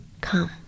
come